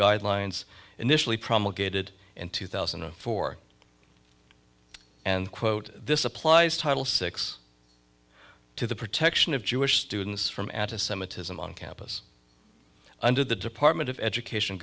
guidelines initially promulgated in two thousand and four and quote this applies title six to the protection of jewish students from at a summit ism on campus under the department of education